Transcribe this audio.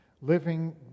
living